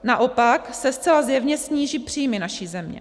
Naopak se zcela zjevně sníží příjmy naší země.